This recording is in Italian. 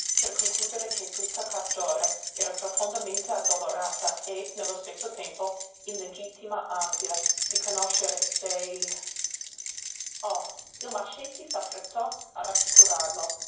per concludere che tutta cargiore era profondamente addolorata e nello stesso tempo in legittima ansia di conoscere se oh il mascetti s'affrettò a rassicurarlo